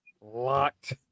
locked